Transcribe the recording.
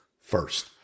first